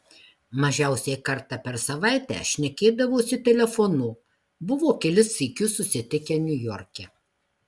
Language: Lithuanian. mažiausiai kartą per savaitę šnekėdavosi telefonu buvo kelis sykius susitikę niujorke